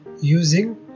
using